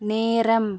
நேரம்